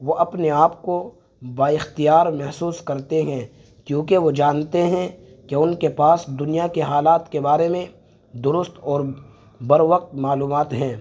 وہ اپنے آپ کو بااختیار محسوس کرتے ہیں کیونکہ وہ جانتے ہیں کہ ان کے پاس دنیا کے حالات کے بارے میں درست اور بر وقت معلومات ہیں